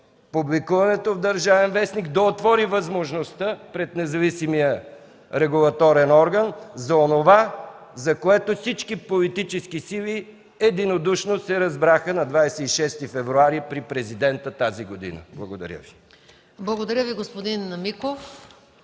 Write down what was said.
публикуването в „Държавен вестник” да отвори възможността пред независимия регулаторен орган за онова, за което всички политически сили единодушно се разбраха на 26 февруари тази година при президента. Благодаря Ви.